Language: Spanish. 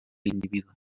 individuo